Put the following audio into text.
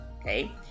okay